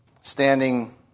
standing